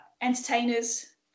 entertainers